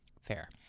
Fair